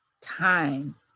time